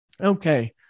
okay